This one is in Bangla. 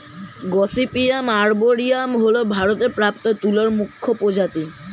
গসিপিয়াম আর্বরিয়াম হল ভারতে প্রাপ্ত তুলোর মুখ্য প্রজাতি